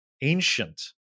ancient